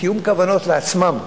תיאום כוונות לעצמם.